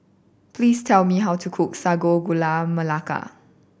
please tell me how to cookSsago Gula Melaka